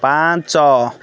ପାଞ୍ଚ